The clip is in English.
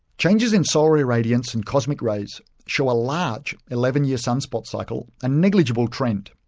changes in solar irradiance and cosmic rays show a large eleven year sunspot cycle and negligible trend,